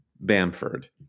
Bamford